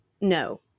no